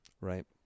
Right